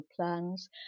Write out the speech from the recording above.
plans